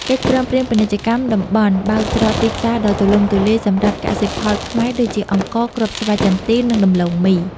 កិច្ចព្រមព្រៀងពាណិជ្ជកម្មតំបន់បើកច្រកទីផ្សារដ៏ទូលំទូលាយសម្រាប់កសិផលខ្មែរដូចជា អង្ករ គ្រាប់ស្វាយចន្ទី និងដំឡូងមី។